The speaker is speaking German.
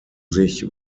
sich